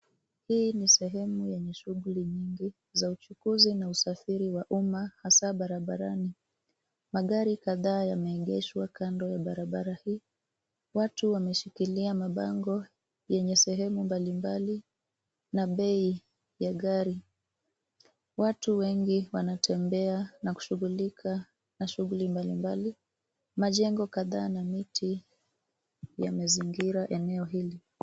Hii ni sehemu yenye shughuli nyingi za uchukuzi na usafiri wa umma hasa barabarani. Magari kadhaa yameegeshwa kando ya barabara hii watu wameshikilia mabango yenye sehemu mbalimbali na bei ya gari. Watu wengi wanatembea na kushughulika na shughuli mbalimbali, majengo kadhaa na miti yamezingira eneo hili.